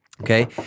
Okay